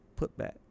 putback